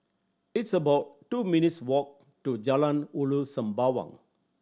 it's about two minutes' walk to Jalan Ulu Sembawang